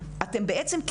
אתם בעצם,